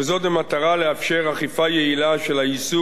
וזאת במטרה לאפשר אכיפה יעילה של האיסור